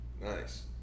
nice